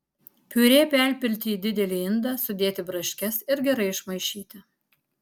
piurė perpilti į didelį indą sudėti braškes ir gerai išmaišyti